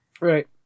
Right